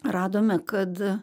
radome kad